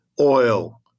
oil